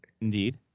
Indeed